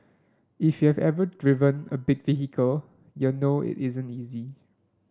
if you've ever driven a big vehicle you'll know it isn't easy